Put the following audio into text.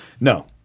No